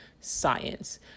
science